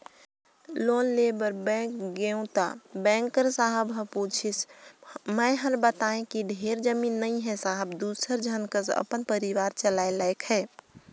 loan लेय बर bank गेंव त बेंक कर साहब ह पूछिस मै हर बतायें कि ढेरे जमीन नइ हे साहेब दूसर झन कस अपन परिवार चलाय लाइक हे